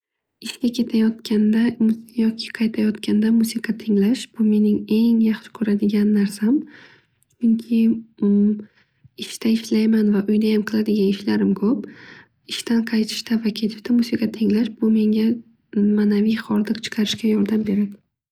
Ishga ketayotganda yoki qaytayotganda musiqa tinglash bu meni eng yaxshi ko'rgan narsa. Chunki ishda ishlayman va uyda qiladigan ham ishlarim ko'p. Ishdan qaytishda va ketishda musiqa tinglash menga manaviy hordiq chiqarishga yordam beradi.